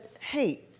hey